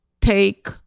take